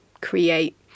create